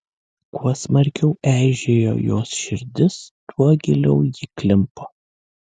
kuo smarkiau eižėjo jos širdis tuo giliau ji klimpo